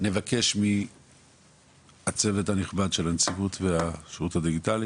נבקש מהצוות הנכבד של הנציבות והשירות הדיגיטלי